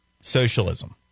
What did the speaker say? socialism